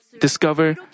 discover